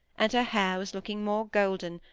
and her hair was looking more golden,